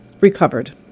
recovered